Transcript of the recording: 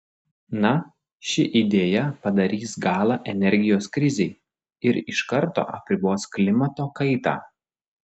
na ši idėja padarys galą energijos krizei ir iš karto apribos klimato kaitą